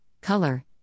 color